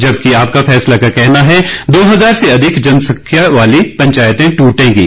जबकि आपका फैसला का कहना है दो हजार से अधिक जनसंख्या वाली पंचायतें टूटेंगीं